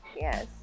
yes